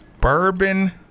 Bourbon